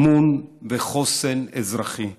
אמון וחוסן אזרחי.